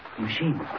Machine